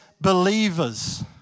believers